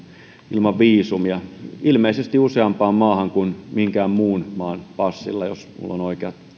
ilman viisumia ilmeisesti useampaan maahan kuin minkään muun maan passilla jos minulla on oikeat